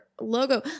logo